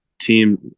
team